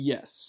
Yes